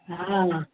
हा